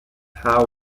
how